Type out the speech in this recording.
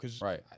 Right